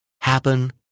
happen